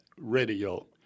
radio